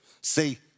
See